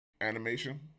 Animation